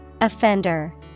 Offender